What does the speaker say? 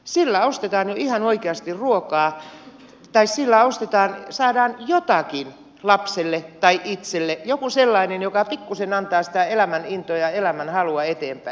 sillä ostetaan jo ihan oikeasti ruokaa tai sillä saadaan jotain lapselle tai itselle jotain sellaista mikä pikkuisen antaa sitä elämänintoa ja elämänhalua eteenpäin